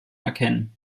erkennen